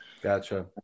Gotcha